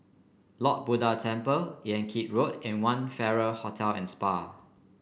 Lord Buddha Temple Yan Kit Road and One Farrer Hotel and Spa